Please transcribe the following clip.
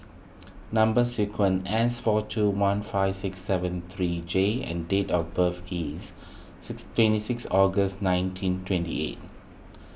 Number Sequence S four two one five six seven three J and date of birth is six twenty six August nineteen twenty eight